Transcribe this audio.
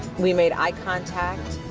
we made eye contact,